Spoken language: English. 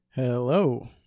Hello